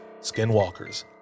skinwalkers